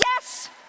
yes